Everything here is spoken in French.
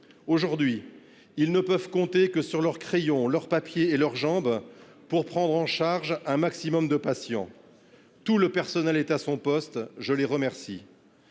Aujourd'hui, ils ne peuvent compter que sur leurs crayons leurs papiers et leurs jambes pour prendre en charge un maximum de patients. Tout le personnel est à son poste. Je les remercie.--